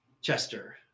chester